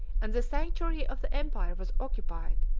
and the sanctuary of the empire was occupied,